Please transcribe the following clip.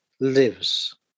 lives